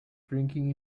drinking